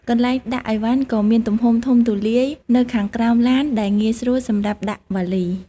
កន្លែងដាក់ឥវ៉ាន់ក៏មានទំហំធំទូលាយនៅខាងក្រោមឡានដែលងាយស្រួលសម្រាប់ដាក់វ៉ាលី។